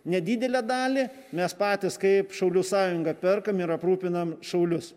nedidelę dalį mes patys kaip šaulių sąjunga perkam ir aprūpinam šaulius